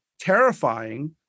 terrifying